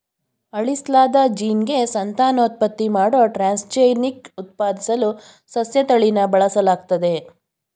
ಅಳಿಸ್ಲಾದ ಜೀನ್ಗೆ ಸಂತಾನೋತ್ಪತ್ತಿ ಮಾಡೋ ಟ್ರಾನ್ಸ್ಜೆನಿಕ್ ಉತ್ಪಾದಿಸಲು ಸಸ್ಯತಳಿನ ಬಳಸಲಾಗ್ತದೆ